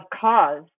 cause